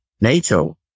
NATO